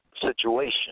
situation